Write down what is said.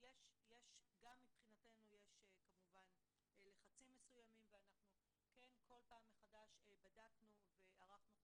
גם מבחינתנו יש כמובן לחצים מסוימים וכל פעם בדקנו מחדש וערכנו חשיבה.